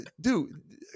dude